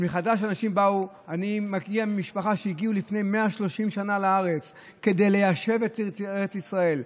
אני מגיע ממשפחה שהגיעו לפני 130 שנה לארץ כדי ליישב את ארץ ישראל,